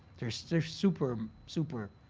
they're so they're super, super.